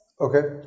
Okay